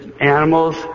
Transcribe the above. animals